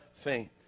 Faint